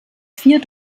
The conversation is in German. vier